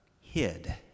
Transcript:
hid